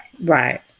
right